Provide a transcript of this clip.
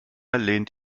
lehnt